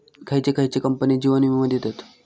खयचे खयचे कंपने जीवन वीमो देतत